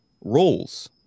roles